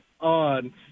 on